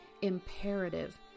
imperative